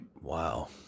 Wow